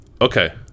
Okay